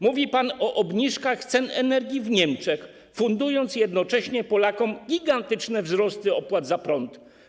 Mówi pan o obniżkach cen energii w Niemczech, fundując jednocześnie Polakom gigantyczne wzrosty opłat za prąd.